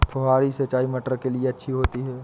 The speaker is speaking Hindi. फुहारी सिंचाई मटर के लिए अच्छी होती है?